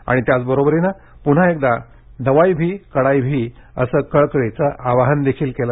आणि त्याच बरोबरीनं पुन्हा एकदा दवाई भी कडाई भी असं कळकळीचं आवाहनही केलं